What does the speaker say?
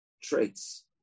traits